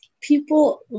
people